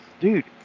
dude